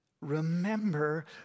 remember